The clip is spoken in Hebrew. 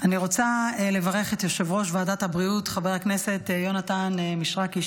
אני רוצה לברך את יושב-ראש ועדת הבריאות חבר הכנסת יונתן מישרקי,